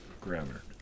Grammar